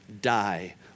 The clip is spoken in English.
die